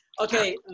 Okay